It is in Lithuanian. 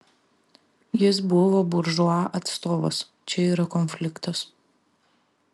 jis buvo buržua atstovas čia yra konfliktas